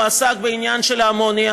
הוא עסק בעניין של האמוניה,